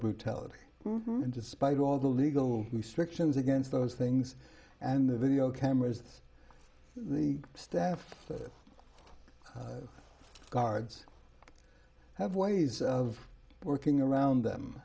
brutality and despite all the legal restrictions against those things and the video cameras the staff the guards have ways of working around them